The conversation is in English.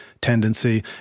tendency